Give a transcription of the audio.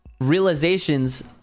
realizations